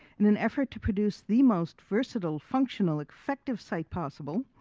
in an effort to produce the most versatile, functional, effective site possible,